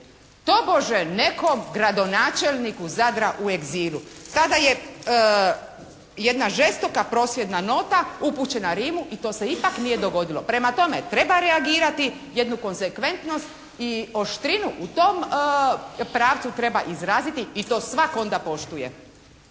tobože nekog gradonačelnika Zadra u egzilu. Tada je jedna žestoka prosvjedna nota upućena Rimu i to se ipak nije dogodilo. Prema tome, treba reagirati. Jednu konzekventnost i oštrinu u tom pravcu treba izraziti i to svatko onda poštuje.